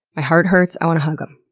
my heart hurts. i wanna hug em.